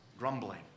grumbling